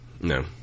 No